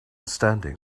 standing